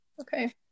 okay